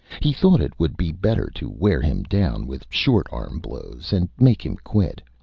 he thought it would be better to wear him down with short-arm blows and make him quit.